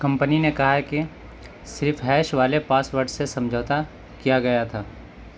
company نے کہا ہے کہ صرف ہیش والے پاس ورڈ سے سمجھوتہ کیا گیا تھا